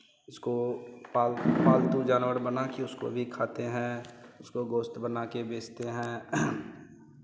इसको पालतू पालतू जानवर बना के उसको भी खाते हैं उसको गोस्त बना के बेचते हैं